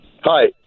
hi